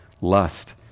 lust